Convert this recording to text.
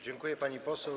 Dziękuję, pani poseł.